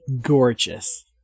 gorgeous